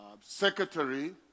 secretary